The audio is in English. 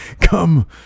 Come